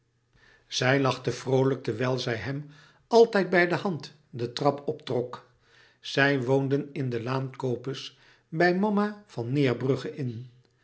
zij lachte vroolijk terwijl zij hem altijd bij de hand de trap optrok zij woonden in de laan copes bij mama van neerbrugge in